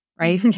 right